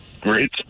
great